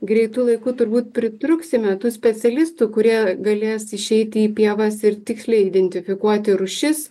greitu laiku turbūt pritrūksime tų specialistų kurie galės išeiti į pievas ir tiksliai identifikuoti rūšis